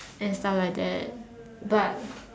and stuff like that but